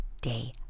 day